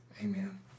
Amen